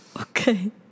Okay